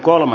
asia